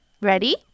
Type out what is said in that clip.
Ready